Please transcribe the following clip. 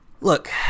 Look